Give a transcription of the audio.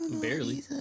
Barely